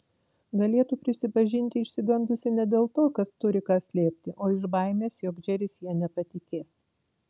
galėtų prisipažinti išsigandusi ne dėl to kad turi ką slėpti o iš baimės jog džeris ja nepatikės